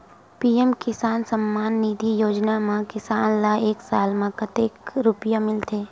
PM Kisan Samman Nidhi योजना म किसान ल एक साल म कतेक रुपिया मिलथे?